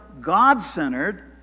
God-centered